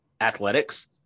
athletics